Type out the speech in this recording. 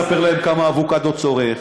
הוא התחיל לספר להם כמה אבוקדו צורך,